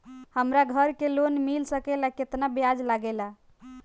हमरा घर के लोन मिल सकेला केतना ब्याज लागेला?